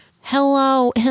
Hello